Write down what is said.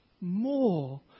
more